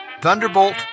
Thunderbolt